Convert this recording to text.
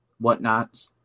whatnot